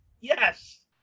Yes